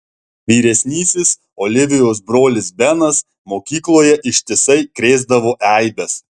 vyresnysis olivijos brolis benas mokykloje ištisai krėsdavo eibes